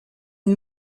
une